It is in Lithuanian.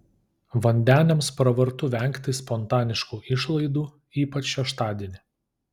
vandeniams pravartu vengti spontaniškų išlaidų ypač šeštadienį